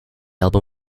album